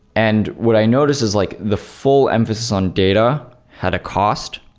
and what i noticed is like the full emphasis on data had a cost,